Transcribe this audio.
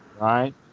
Right